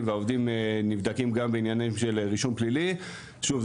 והעובדים נבדקים גם בהקשר של רישום פלילי שוב,